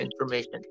information